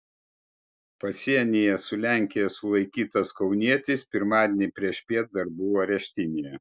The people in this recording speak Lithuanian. pasienyje su lenkija sulaikytas kaunietis pirmadienį priešpiet dar buvo areštinėje